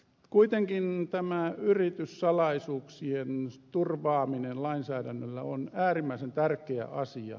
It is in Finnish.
kuitenkin tämä yrityssalaisuuksien turvaaminen lainsäädännöllä on äärimmäisen tärkeä asia